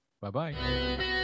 Bye-bye